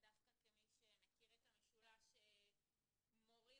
כמי שמכיר את המשולש מורים,